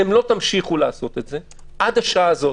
אתם לא תמשיכו לעשות את זה עד השעה הזאת.